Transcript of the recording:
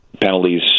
penalties